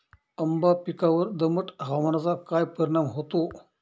आंबा पिकावर दमट हवामानाचा काय परिणाम होतो?